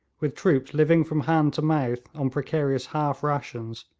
with troops living from hand to mouth on precarious half rations,